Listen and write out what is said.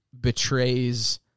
betrays